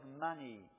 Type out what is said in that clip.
money